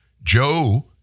Joe